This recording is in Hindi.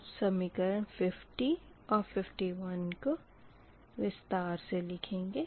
अब समीकरण 50 और 51 को विस्तार से लिखेंगे